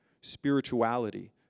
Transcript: Spirituality